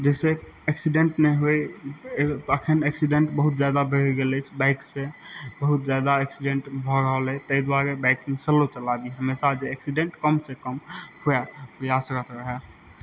जाहि सऽ एक्सीडेंट नहि हुए अखन एक्सीडेंट बहुत जादा बढ़ि गेल अछि बाइक सऽ बहुत जादा एक्सीडेंट भऽ रहल अछि ताहि दुआरे बाइकिंग सलो चलाबी हमेशा जे एक्सीडेंट कम से कम हुए प्रयास रहय